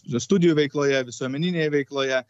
studijų veikloje visuomeninėje veikloje